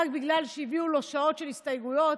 רק בגלל שהביאו לו שעות של הסתייגויות,